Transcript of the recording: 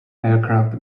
aircraft